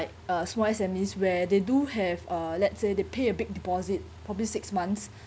like uh small S_M_E_s where they do have uh let's say they pay a big deposit probably six months